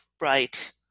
Right